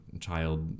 child